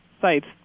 sites